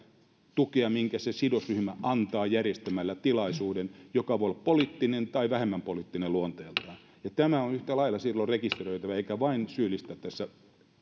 tukea jonka se sidosryhmä antaa järjestämällä tilaisuuden joka voi olla poliittinen tai vähemmän poliittinen luonteeltaan tämä on yhtä lailla silloin rekisteröitävä eikä voi vain syyllistää